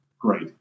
great